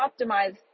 optimize